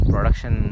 Production